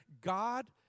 God